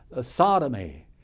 sodomy